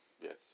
Yes